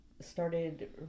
started